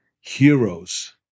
heroes